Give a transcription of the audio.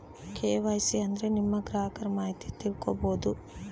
KYC ಅಂದ್ರೆ ನಿಮ್ಮ ಗ್ರಾಹಕರ ಮಾಹಿತಿ ತಿಳ್ಕೊಮ್ಬೋದು